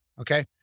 Okay